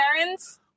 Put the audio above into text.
parents